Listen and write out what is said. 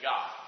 God